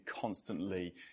constantly